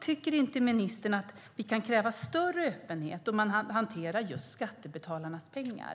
Tycker inte ministern att vi kan kräva större öppenhet när det gäller hur man hanterar just skattebetalarnas pengar?